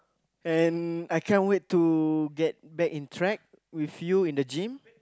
and I can't wait to get back in track with you in the gym